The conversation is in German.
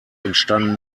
entstanden